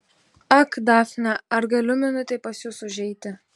ak dafne ar galiu minutei pas jus užeiti